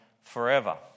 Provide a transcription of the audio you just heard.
forever